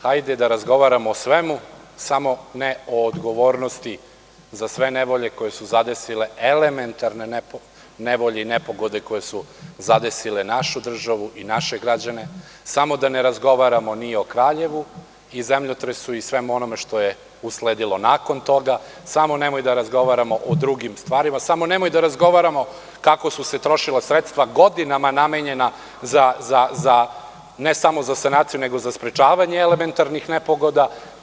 Hajde da razgovaramo o svemu, samo ne o odgovornosti za sve nevolje koje su zadesile, elementarne nevolje i nepogode koje su zadesile našu državu i naše građane, samo da ne razgovaramo ni o Kraljevu i zemljotresu i svemu onome što je usledilo nakon toga, samo da ne razgovaramo o drugim stvarima, da ne razgovaramo kako su se trošila sredstva godinama namenjena ne samo za sanaciju, nego za sprečavanje elementarnih nepogoda.